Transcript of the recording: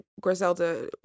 Griselda